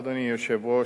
אדוני היושב-ראש,